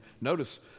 notice